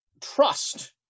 trust